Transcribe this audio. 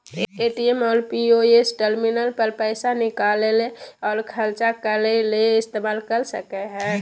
ATM और POS terminal पर पैसा निकालय और ख़र्चा करय ले इस्तेमाल कर सकय हइ